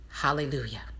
Hallelujah